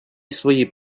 свої